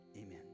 Amen